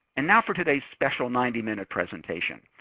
and now for today's special ninety minute presentation.